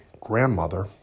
grandmother